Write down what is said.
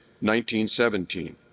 1917